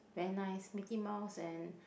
very nice Mickey Mouse and